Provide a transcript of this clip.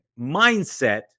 mindset